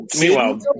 Meanwhile